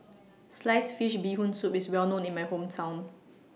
Sliced Fish Bee Hoon Soup IS Well known in My Hometown